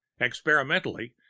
Experimentally